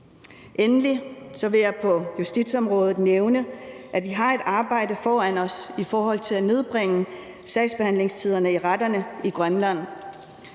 Endelig vil jeg på justitsområdet nævne, at vi har et arbejde foran os i forhold til at nedbringe sagsbehandlingstiderne i retterne i Grønland.